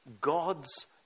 God's